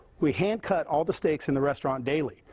we hand cut all the steaks in the restaurant daily.